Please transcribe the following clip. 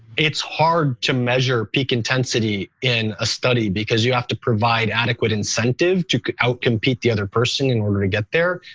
it's hard to measure peak intensity in a study because you have to provide adequate incentive to out compete the other person in order to get there.